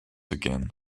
again